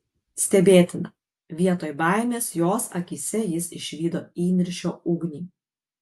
stebėtina vietoj baimės jos akyse jis išvydo įniršio ugnį